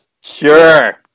Sure